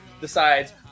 decides